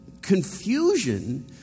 confusion